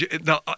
Now